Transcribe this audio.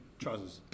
trousers